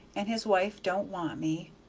and his wife don't want me.